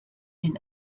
den